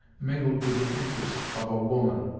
mingled with the interest of a woman.